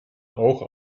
auch